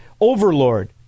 overlord